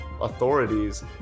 authorities